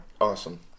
awesome